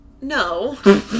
No